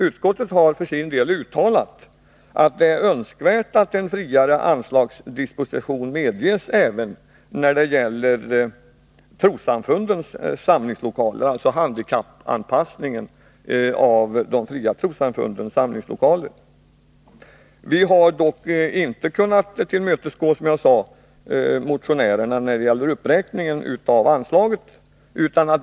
Utskottet har för sin del uttalat att det är önskvärt att en friare anslagsdisposition medges även när det gäller handikappanpassningen av de fria trossamfundens samlingslokaler. Vi har dock, som jag sade, inte kunnat tillmötesgå motionärerna när det gäller uppräkningen av anslaget.